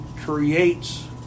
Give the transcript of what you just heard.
Creates